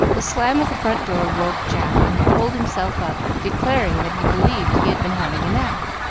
the slam of the front door woke jack, and he pulled himself up, declaring that he believed he had been having a nap.